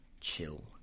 Chill